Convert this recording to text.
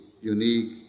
unique